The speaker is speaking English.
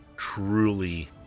Truly